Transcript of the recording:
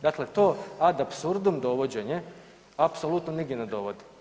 Dakle to ad absurdum dovođenje apsoludno nigdje ne dovodi.